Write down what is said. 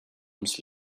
ums